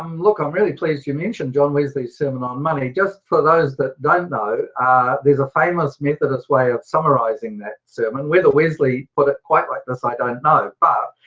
um look i'm really pleased you mentioned john wesley's sermon on money. just for those that don't know there's ah famous methodist way of summarising that sermon. whether wesley put it quite like this i don't know, but